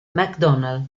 macdonald